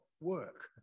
work